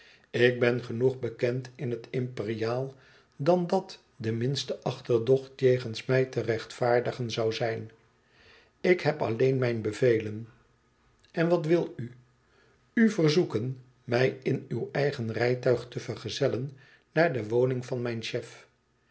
ik ben genoeg bekend in het imperiaal dan dat de minste achterdocht jegens mij te rechtvaardigen zoû zijn ik heb alleen mijn bevelen en wat wil u u verzoeken mij in uw eigen rijtuig te vergezellen naar de woning van mijn chef